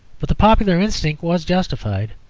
but the popular instinct was justified,